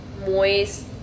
moist